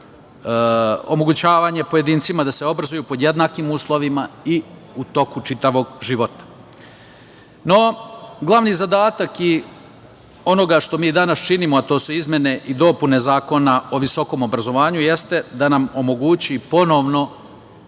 omogućavanje pojedincima da se obrazuju pod jednakim uslovima i u toku čitavog života. Glavni zadatak onoga što mi danas činimo, a to su izmene i dopune Zakona o visokom obrazovanju, jeste da nam omogući ponovno